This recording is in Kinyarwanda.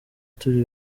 turi